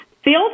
Field